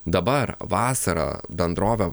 dabar vasarą bendrovė